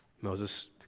Moses